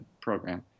program